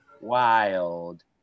wild